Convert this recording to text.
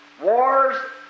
Wars